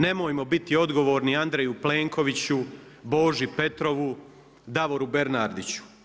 Nemojmo biti odgovorni Andreju Plenkoviću, Boži Petrovu, Davoru Bernardiću.